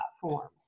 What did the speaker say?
platforms